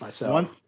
One